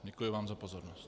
Děkuji vám za pozornost.